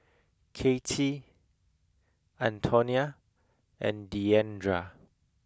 Kacie Antonia and Diandra